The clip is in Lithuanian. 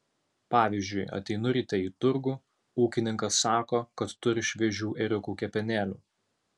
pavyzdžiui ateinu ryte į turgų ūkininkas sako kad turi šviežių ėriukų kepenėlių